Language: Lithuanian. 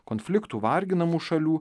konfliktų varginamų šalių